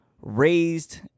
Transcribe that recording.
raised